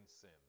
sin